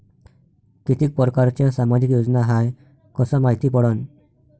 कितीक परकारच्या सामाजिक योजना हाय कस मायती पडन?